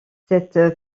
cette